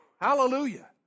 Hallelujah